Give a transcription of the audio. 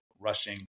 rushing